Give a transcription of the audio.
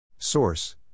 Source